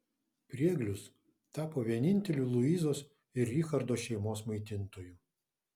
prieglius tapo vieninteliu luizos ir richardo šeimos maitintoju